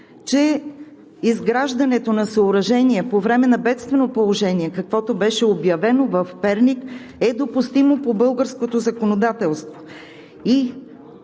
че изграждането на съоръжения по време на бедствено положение, каквото беше обявено в Перник, е допустимо по българското законодателство.